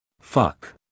Fuck